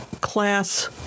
class